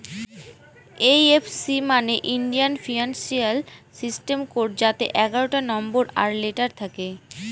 IFC মানে Indian financial system code যাতে এগারোটা নম্বর আর লেটার থাকে